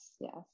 Yes